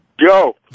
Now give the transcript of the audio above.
Yo